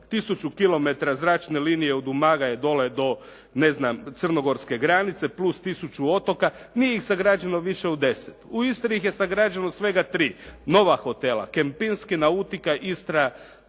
tisuću kilometara zračne linije od Umaga je dole do crnogorske granice plus tisuću otoka, nije ih sagrađeno više od deset. U Istri ih je sagrađeno svega tri nova hotela "Kempinski", "Nautica", "Istra"